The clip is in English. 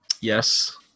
Yes